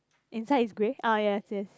inside is grey ah yes yes